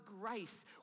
grace